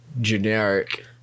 generic